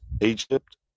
Egypt